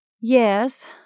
Yes